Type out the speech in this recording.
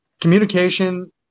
Communication